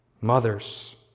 Mothers